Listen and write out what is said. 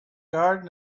garden